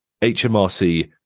HMRC